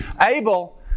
Abel